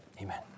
Amen